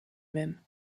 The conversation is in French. même